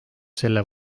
selle